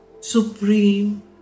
Supreme